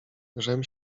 żem